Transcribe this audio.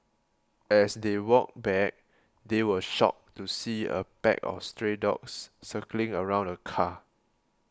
as they walked back they were shocked to see a pack of stray dogs circling around the car